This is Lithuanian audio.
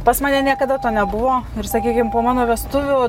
pas mane niekada to nebuvo ir sakykim po mano vestuvių